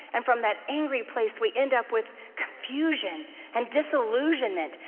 and from that angry place we end up with confusion and disillusionment,